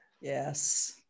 Yes